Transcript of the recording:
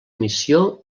missió